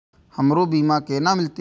हमरो बीमा केना मिलते?